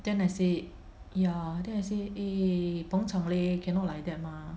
then I say ya then I say eh 捧场 leh cannot like that 吗